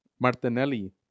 Martinelli